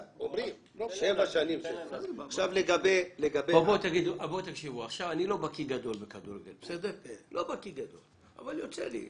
אני לא בקי גדול בכדורגל אבל יוצא לי לראות.